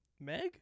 Meg